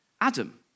Adam